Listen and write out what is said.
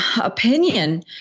opinion